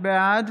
בעד